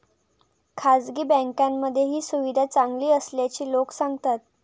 खासगी बँकांमध्ये ही सुविधा चांगली असल्याचे लोक सांगतात